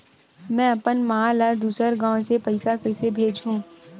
में अपन मा ला दुसर गांव से पईसा कइसे भेजहु?